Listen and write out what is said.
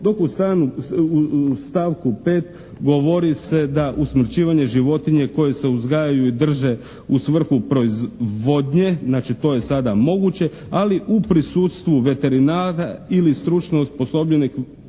dok u stavku 5. govori se da usmrćivanje životinje koje se uzgajaju i drže u svrhu proizvodnje znači to je sada moguće ali u prisustvu veterinara ili stručno osposobljenih